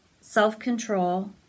self-control